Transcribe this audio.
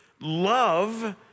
love